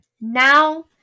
Now